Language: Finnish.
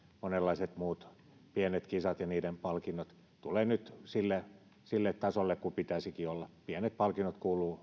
monenlaiset muutkin pienet kisat ja niiden palkinnot tulevat nyt sille sille tasolle kuin pitäisikin olla pienet palkinnot kuuluvat